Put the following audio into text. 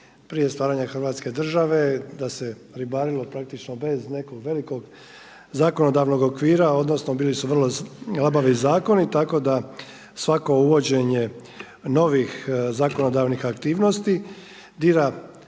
prije stvaranja Hrvatske države da se ribarilo praktično bez nekog velikog zakonodavnog okvira, odnosno bili su vrlo labavi zakoni. Tako da svako uvođenje novih zakonodavnih aktivnosti dira